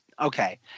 okay